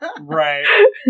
Right